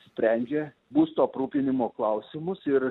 sprendžia būsto aprūpinimo klausimus ir